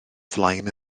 flaen